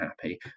happy